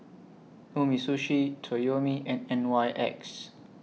Umisushi Toyomi and N Y X